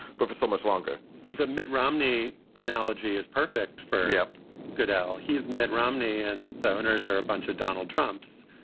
but for so much longer the mitt romney analogy is perfect for yeah goodell. he is mitt romney and the owners are a bunch of donald trump's,